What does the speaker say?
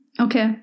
Okay